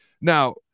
Now